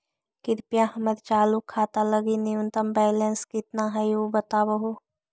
कृपया हमर चालू खाता लगी न्यूनतम बैलेंस कितना हई ऊ बतावहुं